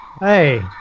Hey